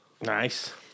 Nice